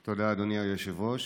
תודה, אדוני היושב-ראש.